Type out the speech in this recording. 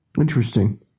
Interesting